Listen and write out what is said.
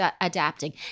Adapting